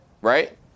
right